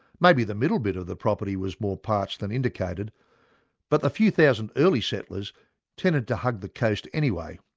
maybe the middle bit of the property was more parched than indicated but the few thousand early settlers tended to hug the coast anyway.